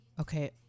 Okay